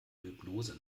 hypnose